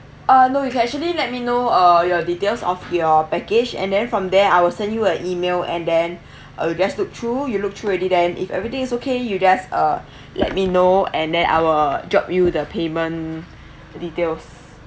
uh no you can actually let me know uh your details of your package and then from there I'll send you a email and then uh just look through you look through already then if everything is okay you just uh let me know and then I'll drop you the payment details